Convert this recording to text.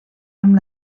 amb